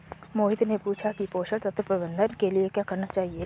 मोहित ने पूछा कि पोषण तत्व प्रबंधन के लिए क्या करना चाहिए?